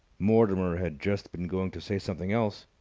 mortimer had just been going to say something else,